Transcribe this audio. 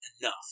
enough